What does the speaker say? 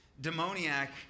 demoniac